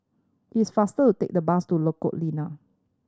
it's faster to take the bus to Lengkok Lima